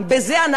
בזמן